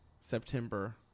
September